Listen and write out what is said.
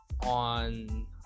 On